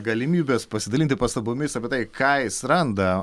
galimybės pasidalinti pastabomis apie tai ką jis randa